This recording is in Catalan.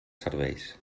serveis